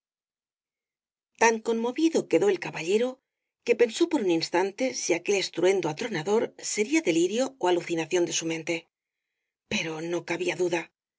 tan conmovido quedó el caballero que pensó por un instante si aquel estruendo atronador sería delirio ó alucinación de su mente pero no cabía duda